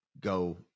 go